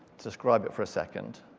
subscribe it for a second.